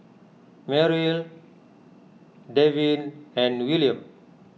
Merrill Devin and Willam